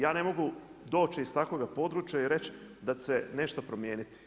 Ja ne mogu doći iz takvoga područja i reći da će se nešto promijeniti.